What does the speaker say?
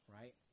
right